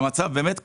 המצב באמת קריטי.